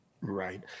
Right